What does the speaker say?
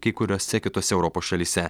kai kuriose kitose europos šalyse